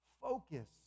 Focus